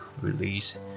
release